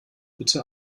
bitte